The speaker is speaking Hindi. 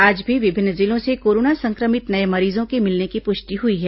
आज भी विभिन्न जिलों से कोरोना संक्रमित नये मरीजों के मिलने की पुष्टि हुई है